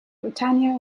britannia